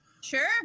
Sure